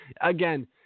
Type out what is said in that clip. again